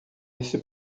esse